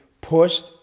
pushed